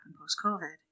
post-COVID